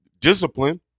discipline